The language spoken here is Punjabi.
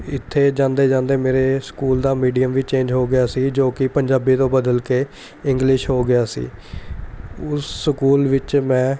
ਇੱਥੇ ਜਾਂਦੇ ਜਾਂਦੇ ਮੇਰੇ ਸਕੂਲ ਦਾ ਮੀਡੀਅਮ ਵੀ ਚੇਂਜ ਹੋ ਗਿਆ ਸੀ ਜੋ ਕਿ ਪੰਜਾਬੀ ਤੋਂ ਬਦਲ ਕੇ ਇੰਗਲਿਸ਼ ਹੋ ਗਿਆ ਸੀ ਉਸ ਸਕੂਲ ਵਿੱਚ ਮੈਂ